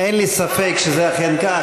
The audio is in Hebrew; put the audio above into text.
אין לי ספק שזה אכן כך,